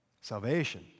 Salvation